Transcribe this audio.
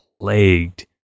plagued